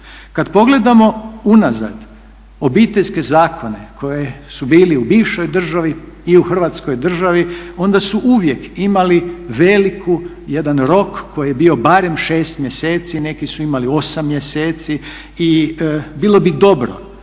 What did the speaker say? Kad pogledamo unazad obiteljske zakone koji su bili u bivšoj državi i u Hrvatskoj državi onda su uvijek imali veliki jedan rok koji je bio barem šest mjeseci, neki su imali osam mjeseci. Bilo bi dobro,